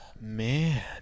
Man